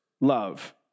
love